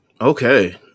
Okay